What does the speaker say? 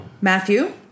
Matthew